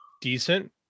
decent